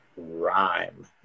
rhyme